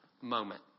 moment